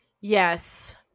Yes